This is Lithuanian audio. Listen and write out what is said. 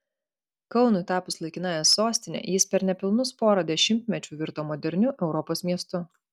kaunui tapus laikinąja sostine jis per nepilnus pora dešimtmečių virto moderniu europos miestu